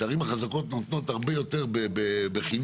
שהערים החזקות נותנות הרבה יותר בחינוך,